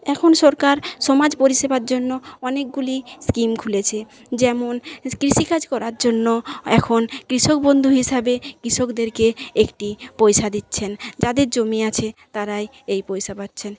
এখন সরকার সমাজ পরিসেবার জন্য অনেকগুলি স্কিম খুলেছে যেমন কৃষিকাজ করার জন্য এখন কৃষক বন্ধু হিসাবে কৃষকদেরকে একটি পয়সা দিচ্ছেন যাদের জমি আছে তারাই এই পয়সা পাচ্ছেন